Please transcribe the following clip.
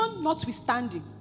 notwithstanding